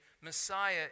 Messiah